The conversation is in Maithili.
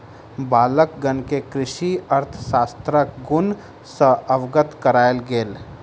बालकगण के कृषि अर्थशास्त्रक गुण सॅ अवगत करायल गेल